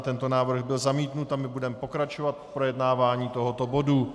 Tento návrh byl zamítnut a my budeme pokračovat v projednávání tohoto bodu.